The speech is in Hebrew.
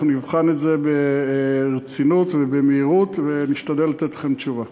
אנחנו נבחן את זה ברצינות ובמהירות ונשתדל לתת לכם תשובה.